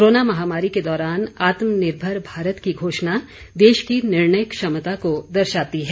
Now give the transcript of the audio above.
corona महामारी के दौरान आत्मनिर्भर भारत की घोषणा देश की निर्णय क्षमता को दर्शाती है